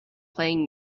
playing